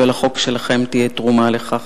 ולחוק שלכם תהיה תרומה לכך.